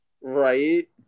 Right